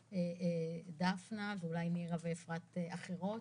אבל דפנה ואולי מירה ואפרת ואחרות,